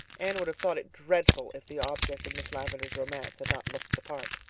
anne would have thought it dreadful if the object of miss lavendar's romance had not looked the part.